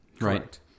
right